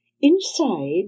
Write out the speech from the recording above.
Inside